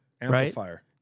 amplifier